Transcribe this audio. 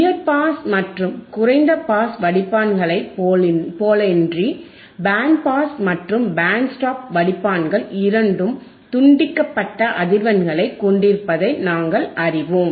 உயர் பாஸ் மற்றும் குறைந்த பாஸ் வடிப்பான்களைப் போலன்றி பேண்ட் பாஸ் மற்றும் பேண்ட் ஸ்டாப் வடிப்பான்கள் இரண்டு துண்டிக்கப்பட்ட அதிர்வெண்களை கொண்டிருப்பதை நாங்கள் அறிவோம்